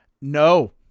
No